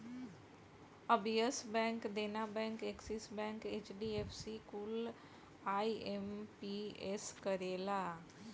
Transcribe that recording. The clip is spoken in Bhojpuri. अब Yes bank, Dena bank, Axis bank, HDFC कुल आई.एम.पी.एस करेला